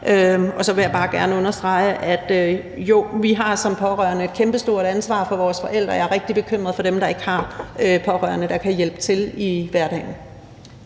Og så vil jeg bare gerne understrege: Jo, vi har som pårørende et kæmpestort ansvar for vores forældre, og jeg er rigtig bekymret for dem, der ikke har pårørende, der kan hjælpe til i hverdagen.